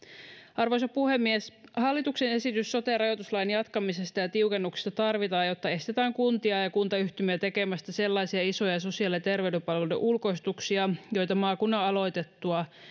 arvoisa puhemies hallituksen esitys sote rajoituslain jatkamisesta ja tiukennuksista tarvitaan jotta estetään kuntia ja kuntayhtymiä tekemästä sellaisia isoja sosiaali ja terveyspalveluiden ulkoistuksia joita maakunnan aloitettua